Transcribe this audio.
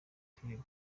filime